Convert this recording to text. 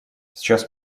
сейчас